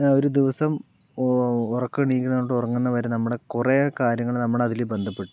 ഒരു ദിവസം ഉറക്കം എണീക്കുന്നവരുണ്ട് ഉറങ്ങുന്നവര് നമ്മുടെ കുറെ കാര്യങ്ങൾ നമ്മൾ അതില് ബന്ധപ്പെട്ടിട്ടുണ്ട്